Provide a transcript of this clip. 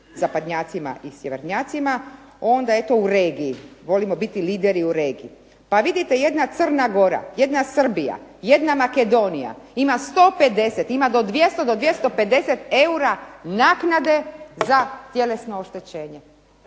zapadnjacima i sjevernjacima, onda eto u regiji. Volimo biti lideri u regiji. Pa vidite, jedna Crna Gora, jedna Srbija, jedna Makedonija ima 150, ima do 200, do 250 eura naknade za tjelesno oštećenje.